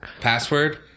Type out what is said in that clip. password